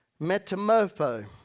metamopo